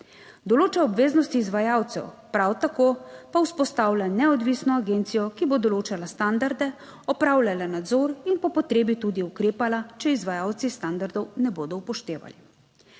določa obveznosti izvajalcev, prav tako pa vzpostavlja neodvisno agencijo, ki bo določala standarde, opravljala nadzor in po potrebi tudi ukrepala, če izvajalci standardov ne bodo upoštevali.